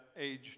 age